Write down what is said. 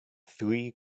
three